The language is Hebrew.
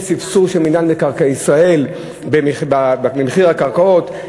יש ספסור של מינהל מקרקעי ישראל במחיר הקרקעות,